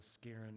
scaring